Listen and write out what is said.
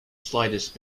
slightest